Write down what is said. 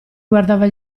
guardava